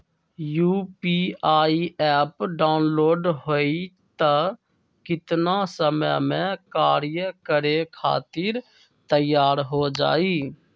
UPI app download होई त कितना समय मे कार्य करे खातीर तैयार हो जाई?